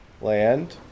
land